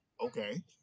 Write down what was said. okay